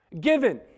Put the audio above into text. Given